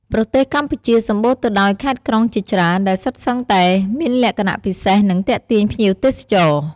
ប្រទេសកម្ពុជាសម្បូរទៅដោយខេត្តក្រុងជាច្រើន ដែលសុទ្ធសឹងតែមានលក្ខណៈពិសេស និងទាក់ទាញភ្ញៀវទេសចរ។